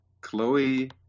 chloe